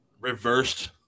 reversed